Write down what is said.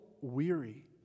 weary